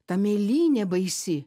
ta mėlynė baisi